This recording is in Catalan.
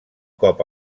cop